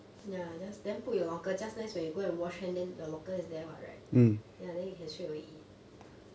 ya just then put in your locker just nice when you go and wash hand your locker is there [what] right ya then you can straight away eat